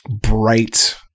bright